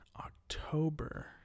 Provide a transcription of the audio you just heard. October